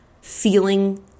feeling